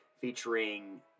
featuring